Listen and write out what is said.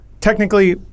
technically